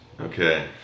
Okay